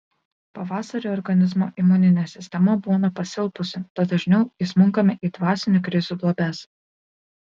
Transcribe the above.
pavasarį organizmo imuninė sistema būna pasilpusi tad dažniau įsmunkame į dvasinių krizių duobes